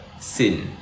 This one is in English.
sin